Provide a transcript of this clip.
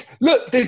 look